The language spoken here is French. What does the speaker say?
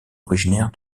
originaire